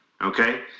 okay